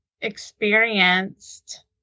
experienced